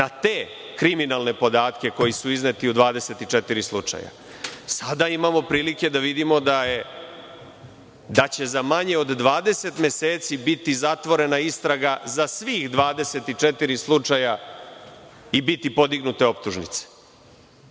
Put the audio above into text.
na te kriminalne podatke koji su izneti u 24 slučaja. Sada imamo prilike da vidimo da će za manje od 20 meseci biti zatvorena istraga za svih 24 slučaja i biti podignute optužnice.